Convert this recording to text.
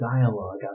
dialogue